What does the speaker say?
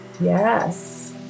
Yes